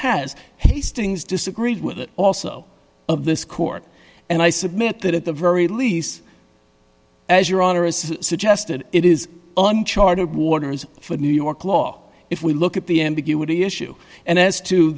has hastings disagreed with it also of this court and i submit that at the very least as your honor as suggested it is uncharted waters for new york law if we look at the ambiguity issue and as to